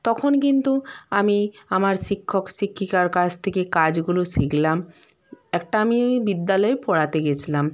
তখন কিন্তু আমি আমার শিক্ষক শিক্ষিকার কাছ থেকে কাজগুলো শিখলাম একটা আমি বিদ্যালয়ে পড়াতে গেসলাম